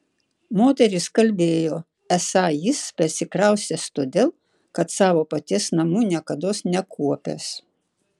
moterys kalbėjo esą jis persikraustęs todėl kad savo paties namų niekados nekuopęs